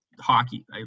hockey